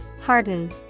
Harden